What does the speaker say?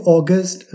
August